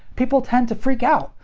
people tend to freak out.